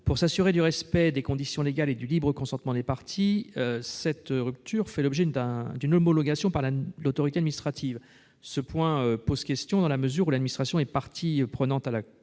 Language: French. Pour s'assurer du respect des conditions légales et du libre consentement des parties, la rupture conventionnelle fera l'objet d'une homologation par l'autorité administrative. Ce point pose question, dans la mesure où l'administration est partie prenante à la